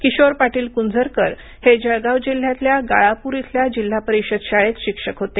किशोर पाटील क्ंझरकर हे जळगाव जिल्ह्यातल्या गाळापूर इथल्या जिल्हा परिषद शाळेत शिक्षक होते